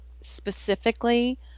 specifically